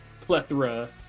plethora